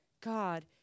God